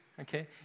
okay